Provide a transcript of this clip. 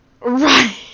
Right